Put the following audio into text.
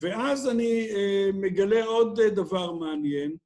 ואז אני מגלה עוד דבר מעניין.